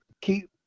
keep